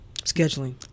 scheduling